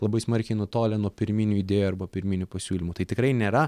labai smarkiai nutolę nuo pirminių idėjų arba pirminių pasiūlymų tai tikrai nėra